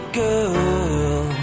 girl